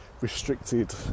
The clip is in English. restricted